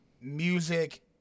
music